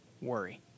worry